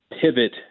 pivot